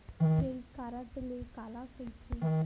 Credit card काला कहिथे?